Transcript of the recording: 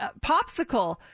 popsicle